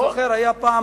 אני זוכר היה פעם,